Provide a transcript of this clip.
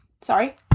Sorry